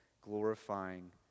glorifying